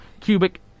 cubic